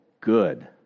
good